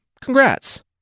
Congrats